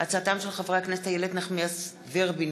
בהצעתם של חברי הכנסת איילת נחמיאס ורבין,